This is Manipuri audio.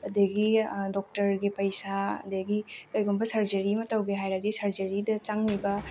ꯑꯗꯨꯗꯒꯤ ꯗꯣꯛꯇꯔꯒꯤ ꯄꯩꯁꯥ ꯑꯗꯨꯗꯒꯤ ꯀꯔꯤꯒꯨꯝꯕ ꯁꯔꯖꯔꯤ ꯑꯃ ꯇꯧꯒꯦ ꯍꯥꯏꯔꯗꯤ ꯁꯔꯖꯔꯤꯗ ꯆꯪꯏꯕ